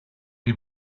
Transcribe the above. him